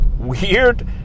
Weird